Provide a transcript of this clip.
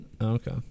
okay